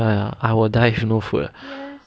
!aiya! I will die if no food ah